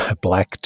black